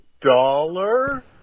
dollar